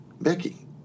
Becky